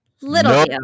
Little